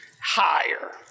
Higher